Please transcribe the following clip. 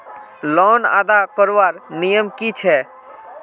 Loan अदा करवार नियम की छे?